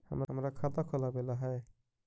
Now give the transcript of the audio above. हमरा खाता खोलाबे ला है?